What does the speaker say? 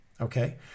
okay